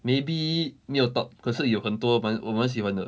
maybe 没有 top 可是有很多蛮我蛮喜欢的